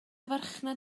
farchnad